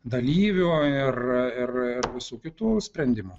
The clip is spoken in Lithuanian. dalyvių ir ir visų kitų sprendimų